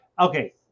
okay